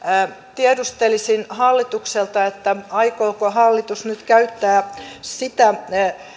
tiedustelisin hallitukselta aikooko hallitus nyt käyttää sitä